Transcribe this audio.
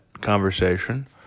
conversation